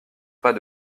pas